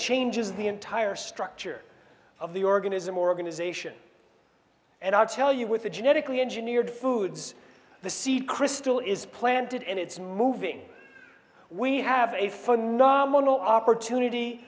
changes the entire structure of the organism organization and i'll tell you with a genetically engineered foods the seed crystal is planted and it's moving we have a phenomenal opportunity